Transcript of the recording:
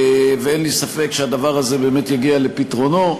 ואין לי ספק שהדבר הזה באמת יגיע לפתרונו.